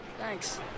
Thanks